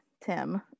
Tim